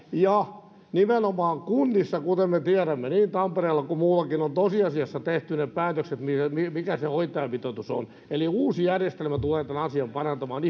ja nimenomaan kunnissa kuten me tiedämme niin tampereella kuin muuallakin on tosiasiassa tehty päätökset siitä mikä se hoitajamitoitus on eli uusi järjestelmä tulee tämän asian parantamaan